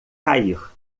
cair